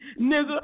Nigga